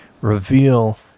reveal